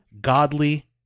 godly